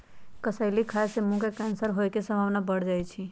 कसेली खाय से मुंह के कैंसर होय के संभावना बढ़ जाइ छइ